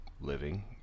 living